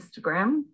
Instagram